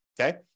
okay